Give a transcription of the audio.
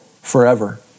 forever